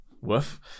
woof